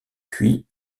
puits